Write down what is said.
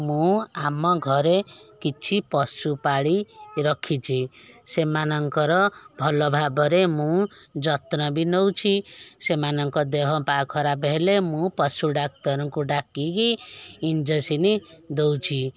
ମୁଁ ଆମ ଘରେ କିଛି ପଶୁ ପାଳି ରଖିଛି ସେମାନଙ୍କର ଭଲଭାବରେ ମୁଁ ଯତ୍ନ ବି ନେଉଛି ସେମାନେଙ୍କ ଦେହପା ଖରାପ ହେଲେ ମୁଁ ପଶୁ ଡ଼ାକ୍ତରଙ୍କୁ ଡ଼ାକିକି ଇଂଞ୍ଜେସନ୍ ଦେଉଛି